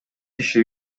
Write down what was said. киши